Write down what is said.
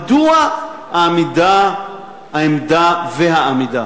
מדוע העמדה והעמידה